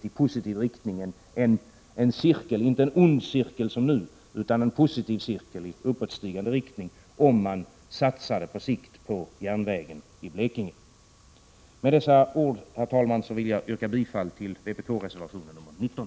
Den nuvarande onda cirkeln skulle brytas och ersättas av en positiv, uppåtgående utveckling, om man satsade långsiktigt på Blekinges järnvägar. Med dessa ord, herr talman, ber jag att få yrka bifall till vpk-reservationen 19.